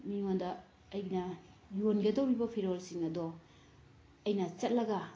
ꯃꯤꯉꯣꯟꯗ ꯑꯩꯅ ꯌꯣꯟꯒꯗꯧꯔꯤꯕ ꯐꯤꯔꯣꯜꯁꯤꯡ ꯑꯗꯣ ꯑꯩꯅ ꯆꯠꯂꯒ